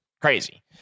crazy